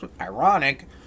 Ironic